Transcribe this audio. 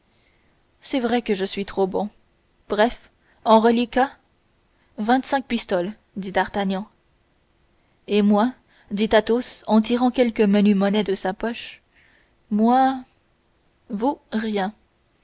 c'est vrai que je suis trop bon bref en reliquat vingt-cinq pistoles dit d'artagnan et moi dit athos en tirant quelque menue monnaie de sa poche moi vous rien